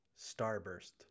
Starburst